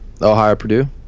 Ohio-Purdue